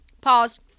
Pause